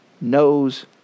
knows